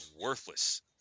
worthless